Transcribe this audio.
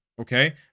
okay